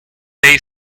they